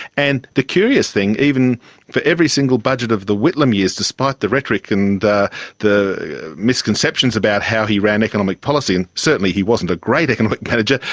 and the curious thing, even for every single budget of the whitlam years, despite the rhetoric and the the misconceptions about how he ran economic policy, and certainly he wasn't a great economic manager,